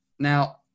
Now